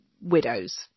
widows